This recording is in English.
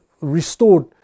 Restored